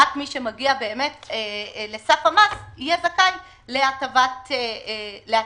רק מי שמגיע באמת לסף המס יהיה זכאי להטבת מס.